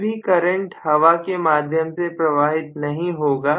कोई भी करंट हवा के माध्यम से प्रवाहित नहीं होगा